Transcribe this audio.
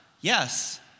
yes